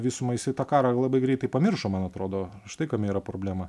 visumą jisai tą karą labai greitai pamiršo man atrodo štai kame yra problema